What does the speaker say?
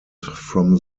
from